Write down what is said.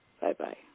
Bye-bye